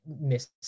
miss